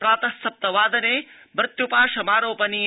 प्रात सप्तवादने मृत्युपाशमारोयणीया